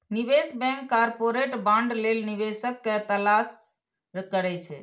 निवेश bank corporate bond लेल निवेशक के तलाश करै छै